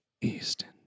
Easton